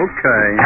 Okay